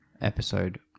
Episode